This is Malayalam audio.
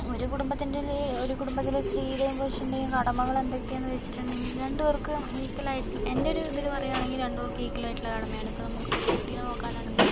ഒരു കുടുംബത്തിൻ്റെ ല് ഒരു കുടുംബത്തിലെ സ്ത്രീയുടെയും പുരുഷൻ്റെയും കടമകൾ എന്തക്കെയാന്ന് വെച്ചിട്ടുണ്ടെങ്കിൽ രണ്ടു പേർക്കും ഈക്വൽ ആയിട്ട് എന്റോരിതിൽ പറയാണെങ്കിൽ രണ്ടു പേർക്കും ഈക്വൽ ആയിട്ടുള്ള കടമയാണ് ഇപ്പോൾ നമുക്കിപ്പമൊരു കുട്ടീനെ നോക്കാനാണെങ്കിലും